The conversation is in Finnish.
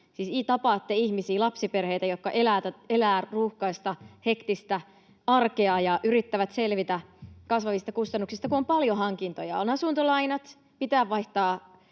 Jos te tapaatte ihmisiä, lapsiperheitä, jotka elävät ruuhkaista, hektistä arkea ja yrittävät selvitä kasvavista kustannuksista, kun on paljon hankintoja — on asuntolainat, pitää vaihtaa